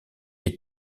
est